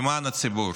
למען הציבור.